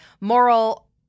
moral